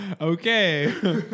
okay